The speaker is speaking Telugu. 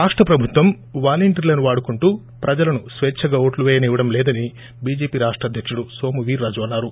రాష్ట ప్రభుత్వం వాలంటీర్ లను వాడుకుంటూ ప్రజలను స్వేచ్చగా ఓట్లు పేయనివ్వడంలేదని బీజేపీ రాష్ట్ అధ్యకుడు నోము వీర్రాజు అన్నారు